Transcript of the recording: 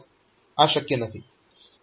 આ શક્ય નથી